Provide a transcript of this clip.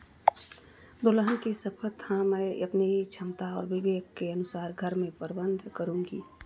दुल्हन की शपथ हाँ मैं अपनी क्षमता और विवेक के अनुसार घर में प्रबंधन करूँगी